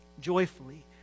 joyfully